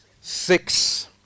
six